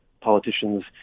politicians